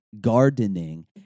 gardening